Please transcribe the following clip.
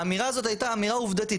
האמירה הזאת הייתה אמירה עובדתית.